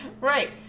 Right